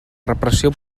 repressió